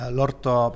L'orto